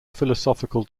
philosophical